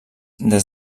des